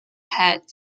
head